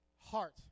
heart